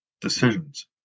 decisions